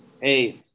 Hey